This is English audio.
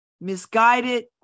Misguided